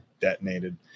detonated